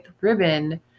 ribbon